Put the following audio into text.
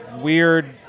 weird